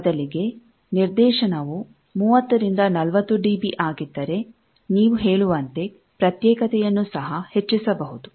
ಬದಲಿಗೆ ನಿರ್ದೇಶನವು 30 40 ಡಿಬಿ ಆಗಿದ್ದರೆ ನೀವು ಹೇಳುವಂತೆ ಪ್ರತ್ಯೇಕತೆಯನ್ನು ಸಹ ಹೆಚ್ಚಿಸಬಹುದು